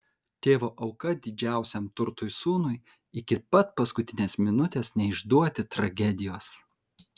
tėvo auka didžiausiam turtui sūnui iki pat paskutinės minutės neišduoti tragedijos